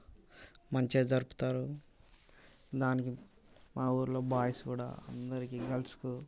మంచిగా జరుపుతారు దానికి మా ఊళ్ళో బాయ్స్ కూడా అందరికి గర్ల్స్కు